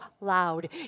loud